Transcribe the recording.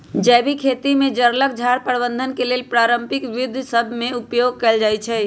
जैविक खेती में जङगल झार प्रबंधन के लेल पारंपरिक विद्ध सभ में उपयोग कएल जाइ छइ